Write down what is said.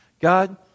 God